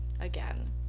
again